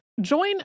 Join